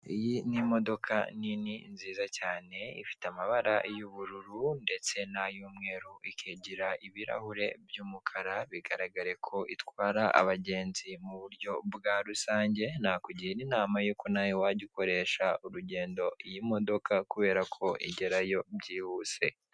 Iyi n'imodoka nini nziza cyane ifite amabara y'ubururu ndetse na y'umweru ikagira ibirahure by'umukara bigaragare ko itwara abagenzi mu buryo bwa rusange nakugira inama yuko nawe wajya ukoresha urugendo iyi modoka kubera ko igerayo byihuse.